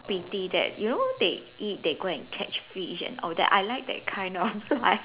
pity that you know they eat they go and catch fish and all that I like that kind of life